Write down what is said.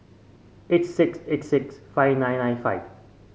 eight six eight six five nine nine five